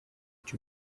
two